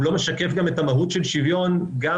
זה לא משקף את המהות של שוויון גם,